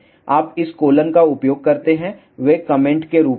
आप इस कोलन का उपयोग करते हैं वे कमेंट रूप में हैं